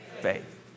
faith